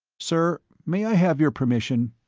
sir, may i have your permission